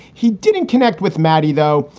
he didn't connect with maddie, though,